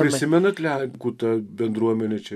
prisimenate lenkų tą bendruomenę čia